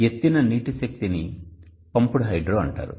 ఎత్తిన నీటి శక్తి ని పంప్డ్ హైడ్రో అంటారు